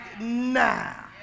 now